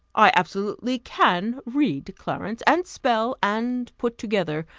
i absolutely can read, clarence, and spell, and put together.